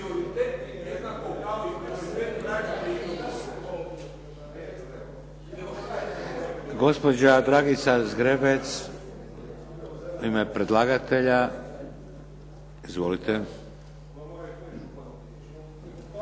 Gospođa Dragica Zgrebec, u ime predlagatelja. Izvolite.